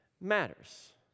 matters